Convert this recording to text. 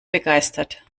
begeistert